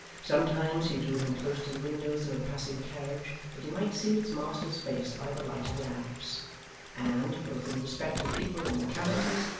sometimes he drew him close to the windows of a passing carriage, that he might see its master's face by the light of the lamps and, both in respect of people and localities,